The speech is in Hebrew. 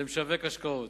למשווק השקעות.